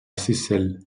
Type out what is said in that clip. seyssel